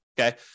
Okay